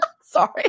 Sorry